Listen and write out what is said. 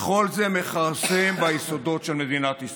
כל זה מכרסם ביסודות של מדינת ישראל.